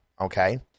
okay